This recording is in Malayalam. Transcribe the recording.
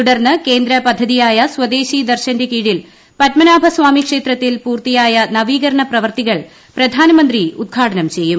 തുടർന്ന് കേന്ദ്ര പദ്ധതിയായ സ്വദേശി ദർശന്റെ കീഴിൽ പത്മനാഭസ്വാമി ക്ഷേത്രത്തിൽ പൂർത്തിയായ നവീകരണ പ്രവർത്തികൾ ഉദ്ഘാടനം ചെയ്യും